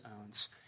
owns